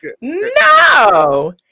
No